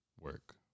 Work